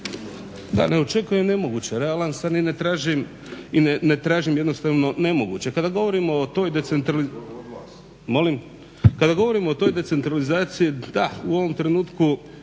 Ja ne očekujem nemoguće, realan sam i ne tražim jednostavno nemoguće. Kada govorimo o toj decentralizaciji, da, u ovom trenutku